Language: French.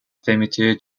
fermeture